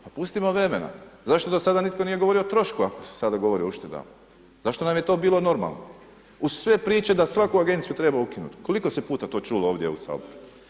Pa pustimo vremena, zašto do sada nitko nije govorio o trošku, ako se sada govori o uštedama, zašto nam je to bilo normalno, uz sve priče, da svaku agenciju treba ukinuti, koliko se puta to čulo ovdje u Saboru.